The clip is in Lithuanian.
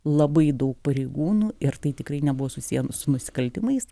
labai daug pareigūnų ir tai tikrai nebuvo susiję su nusikaltimais